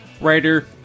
writer